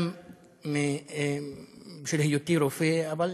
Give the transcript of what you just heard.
גם בשל היותי רופא, אבל